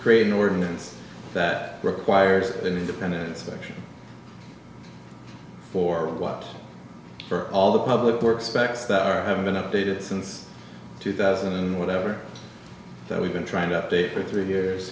create an ordinance that requires an independent inspection for a while for all the public works specs that have been updated since two thousand and whatever that we've been trying to update for three years